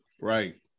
right